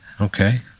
okay